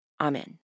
Amen